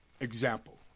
Example